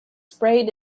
sprayed